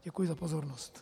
Děkuji za pozornost.